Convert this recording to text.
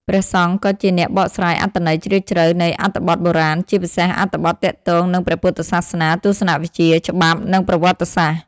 ព្រះសង្ឃក៏ជាអ្នកបកស្រាយអត្ថន័យជ្រាលជ្រៅនៃអត្ថបទបុរាណ ជាពិសេសអត្ថបទទាក់ទងនឹងព្រះពុទ្ធសាសនា ទស្សនវិជ្ជា ច្បាប់ និងប្រវត្តិសាស្ត្រ។